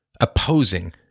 opposing